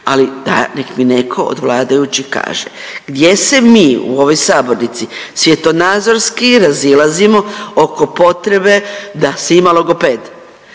daj nek mi neko od vladajućih kaže, gdje se mi u ovoj sabornici svjetonazorski razilazimo oko potrebe da se ima logoped?